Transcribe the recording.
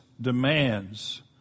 demands